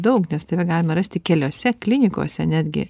daug nes tave galima rasti keliose klinikose netgi